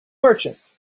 merchant